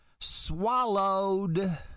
Swallowed